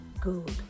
Good